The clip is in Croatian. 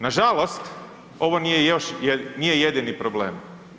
Nažalost, ovo nije jedini problem.